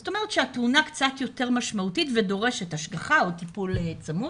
זאת אומרת שהתאונה קצת יותר משמעותית ודורשת השגחה או טיפול צמוד.